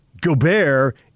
Gobert